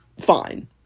Fine